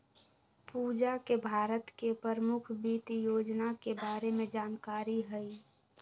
पूजा के भारत के परमुख वित योजना के बारे में जानकारी हई